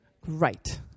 Great